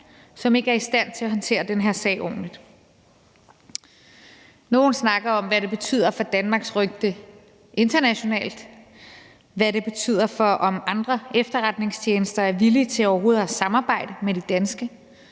som ikke er i stand til at håndtere den her sag ordentligt. Nogle snakker om, hvad det betyder for Danmarks rygte internationalt, og hvad det betyder for, om andre efterretningstjenester er villige til overhovedet at samarbejde med de danske.